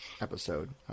episode